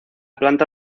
planta